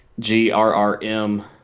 GRRM